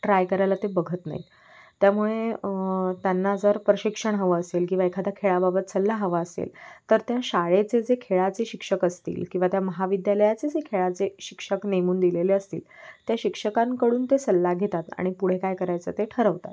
try करायला ते बघत नाहीत त्यामुळे त्यांना जर प्रशिक्षण हवं असेल किंवा एखादा खेळाबाबत सल्ला हवा असेल तर त्या शाळेचे जे खेळाचे शिक्षक असतील किंवा त्या महाविद्यालयाचे जे खेळाचे शिक्षक नेमून दिलेले असतील त्या शिक्षकांकडून ते सल्ला घेतात आणि पुढे काय करायचं ते ठरवतात